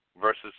versus